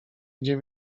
gdzie